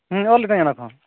ᱦᱩᱸ ᱚᱞ ᱞᱤᱫᱟᱹᱧ ᱚᱱᱟᱠᱚᱦᱚᱸ